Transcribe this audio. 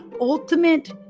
ultimate